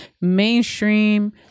mainstream